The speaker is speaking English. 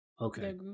Okay